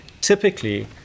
Typically